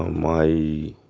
and my,